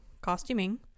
costuming